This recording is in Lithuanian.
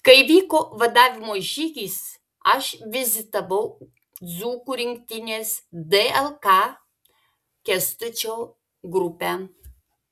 kai vyko vadavimo žygis aš vizitavau dzūkų rinktinės dlk kęstučio grupę